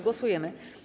Głosujemy.